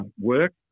work